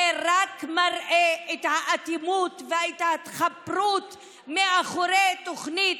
זה רק מראה את האטימות ואת ההתחפרות מאחורי התוכנית,